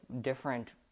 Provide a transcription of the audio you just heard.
different